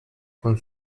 con